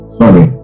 sorry